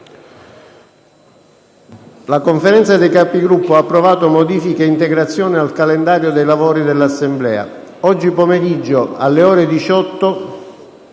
la Conferenza dei Capigruppo ha approvato modifiche e integrazioni al calendario dei lavori dell'Assemblea. Oggi pomeriggio, alle ore 18,